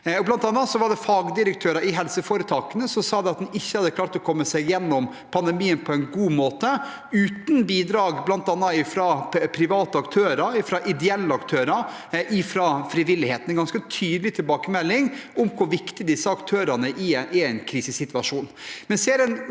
fagdirektører i helseforetakene at en ikke hadde klart å komme seg gjennom pandemien på en god måte uten bidrag bl.a. fra private aktører, fra ideelle aktører og fra frivilligheten. Det er en ganske tydelig tilbakemelding om hvor viktig disse aktørene er i en krisesituasjon,